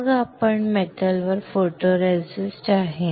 मग आपण धातू वर फोटोरेसिस्ट आहे